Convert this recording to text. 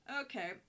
Okay